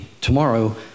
tomorrow